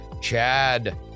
Chad